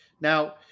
Now